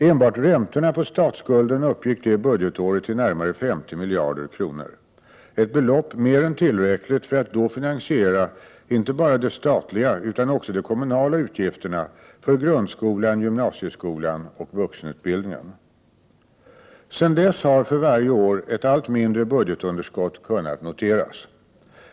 Enbart räntorna på statsskulden uppgick det budgetåret till närmare 50 miljarder kronor, ett belopp mer än tillräckligt för att då finansiera inte bara de statliga utan också de kommunala utgifterna för grundskolan, gymnasieskolan och vuxenutbildningen. Sedan dess har för varje år ett allt mindre budgetunderskott kunnat noteras.